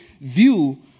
view